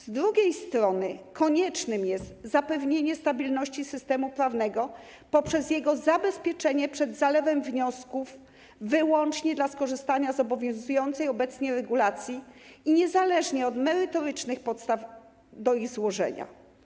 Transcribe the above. Z drugiej strony konieczne jest zapewnienie stabilności systemu prawnego poprzez jego zabezpieczenie przed zalewem wniosków wyłącznie dla skorzystania z obwiązującej obecnie regulacji i niezależnie od merytorycznych podstaw do ich złożenia.